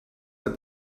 that